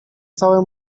całe